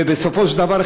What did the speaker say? ובסופו של דבר,